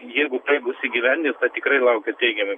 jeigu baigus įgyvendint tikrai laukia teigiami